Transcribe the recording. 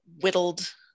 whittled